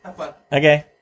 Okay